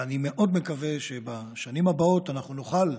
ואני מאוד מקווה שבשנים הבאות אנחנו נוכל,